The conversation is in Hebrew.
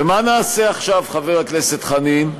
ומה נעשה עכשיו, חבר הכנסת חנין,